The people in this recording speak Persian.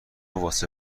واسه